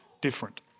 different